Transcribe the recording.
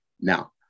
Now